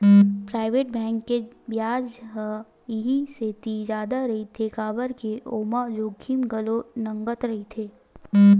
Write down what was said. private bank के बियाज दर ह इहि सेती जादा रहिथे काबर के ओमा जोखिम घलो नँगत रहिथे